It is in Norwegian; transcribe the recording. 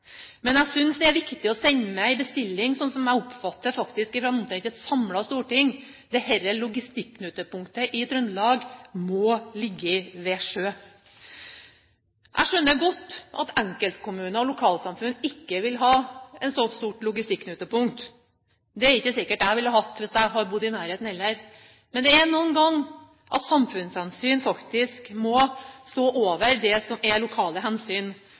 men jeg synes det er viktig å sende med en bestilling, som jeg oppfatter faktisk er fra et samlet storting: Dette logistikknutepunktet i Trøndelag må ligge ved sjø. Jeg skjønner godt at enkeltkommuner og lokalsamfunn ikke vil ha et så stort logistikknutepunkt. Det er ikke sikkert jeg ville hatt hvis jeg hadde bodd i nærheten, heller. Men det er noen ganger at samfunnshensyn faktisk må stå over det som er lokale hensyn.